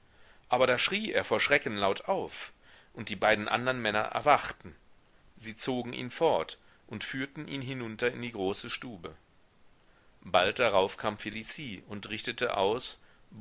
aber da schrie er vor schrecken laut auf und die beiden andern männer erwachten sie zogen ihn fort und führten ihn hinunter in die große stube bald darauf kam felicie und richtete aus